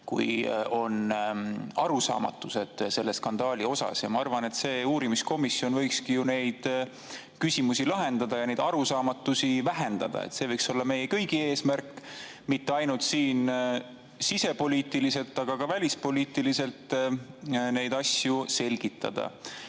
kui on arusaamatused selle skandaali puhul. Ma arvan, et see uurimiskomisjon võikski ju neid küsimusi lahendada ja arusaamatusi vähendada. See võiks olla meie kõigi eesmärk – mitte ainult sisepoliitiliselt, aga ka välispoliitiliselt neid asju selgitada.